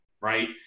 Right